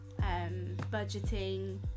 budgeting